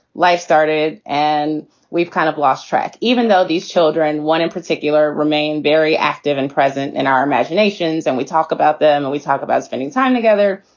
life started and we've kind of lost track. even though these children, one in particular, remain very active and present in our imaginations and we talk about them, and we talk about spending time together.